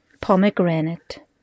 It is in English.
Pomegranate